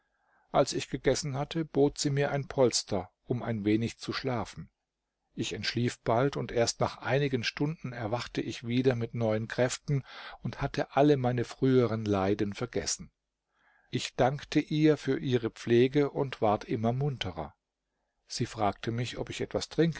als ich gegessen hatte bot sie mir ein polster um ein wenig